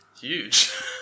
Huge